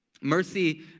Mercy